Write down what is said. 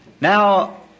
Now